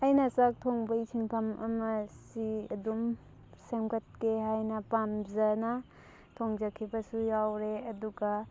ꯑꯩꯅ ꯆꯥꯛ ꯊꯣꯡꯕꯩ ꯁꯤꯟꯐꯝ ꯑꯃꯁꯤ ꯑꯗꯨꯝ ꯁꯦꯝꯒꯠꯀꯦ ꯍꯥꯏꯅ ꯄꯥꯝꯖꯅ ꯊꯣꯡꯖꯈꯤꯕꯁꯨ ꯌꯥꯎꯔꯦ ꯑꯗꯨꯒ